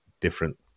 different